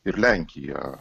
ir lenkija